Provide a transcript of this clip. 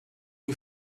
you